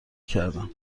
کردم